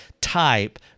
Type